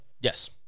Yes